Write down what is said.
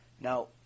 now